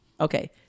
Okay